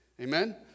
Amen